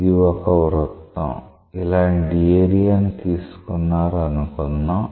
ఇది ఒక వృత్తం ఇలాంటి ఏరియా ని తీసుకున్నారు అనుకుందాం